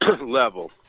level